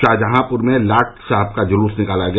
शाहजहांपुर में लाट साहब का जुलूस निकाला गया